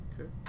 Okay